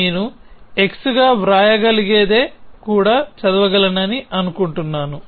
నేను x గా వ్రాయగలిగేది కూడా చదవగలనని అనుకుంటున్నాను